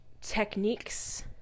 techniques